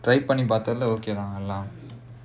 பார்த்ததுல:paarthathula okay lah எல்லாம்:ellaam